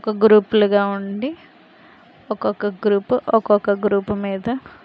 ఒక గ్రూపులుగా ఉండి ఒక్కొక్క గ్రూపు ఒక్కొక్క గ్రూపు మీద